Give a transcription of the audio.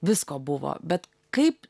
visko buvo bet kaip